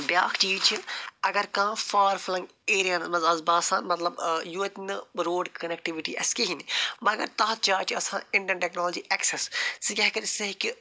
بیٛاکھ چیٖز چھِ اگر کانٛہہ فار فٕلنٛگ ایریاہن منٛز آسہٕ بہٕ آسان مطلب یوٚتۍ نہٕ روڈ کنٮ۪کٹِوٹی آسہِ کِہیٖنۍ مگر تَتھ جایہِ چھِ آسان اِنٹنٛٹ ٹٮ۪کنالجی اٮ۪کسٮ۪س سُہ کیٛاہ ہٮ۪کہِ سُہ ہٮ۪کہِ